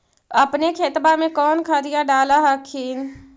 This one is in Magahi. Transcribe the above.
अपने खेतबा मे कौन खदिया डाल हखिन?